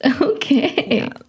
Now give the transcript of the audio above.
Okay